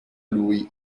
lui